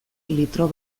litro